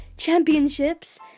championships